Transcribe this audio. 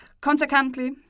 Consequently